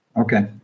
Okay